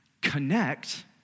connect